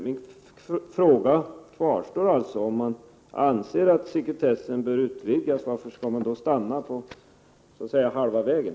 Min fråga kvarstår alltså: Om man anser att sekretessen bör utvidgas, varför då stanna på halva vägen?